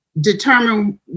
determine